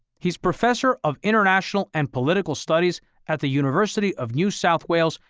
he's professor of international and political studies at the university of new south wales,